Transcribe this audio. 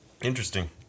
interesting